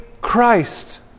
Christ